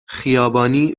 خیابانی